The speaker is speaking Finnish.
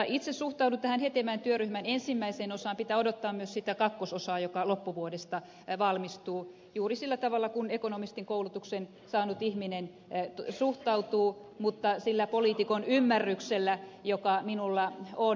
itse suhtaudun tähän hetemäen työryhmän ensimmäiseen osaan pitää odottaa myös sitä kakkososaa joka loppuvuodesta valmistuu juuri sillä tavalla kuin ekonomistin koulutuksen saanut ihminen suhtautuu mutta sillä poliitikon ymmärryksellä joka minulla on